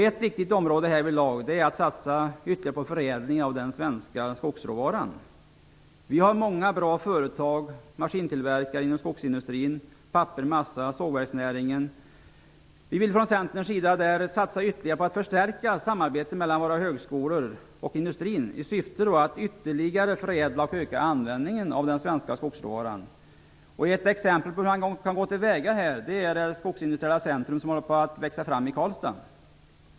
Ett viktigt område härvidlag är att satsa ytterligare på förädling av den svenska skogsråvaran. Vi har många bra företag och maskintillverkare inom skogs-, pappers och massaindustrin samt inom sågverksnäringen. Vi vill från Centerns sida satsa ytterligare på att förstärka samarbetet mellan våra högskolor och industrin i syfte att ytterligare förädla och öka användningen av den svenska skogsråvaran. Ett exempel på hur man kan gå till väga är det skogsindustriella centrum som håller på att växa fram i Karlstad.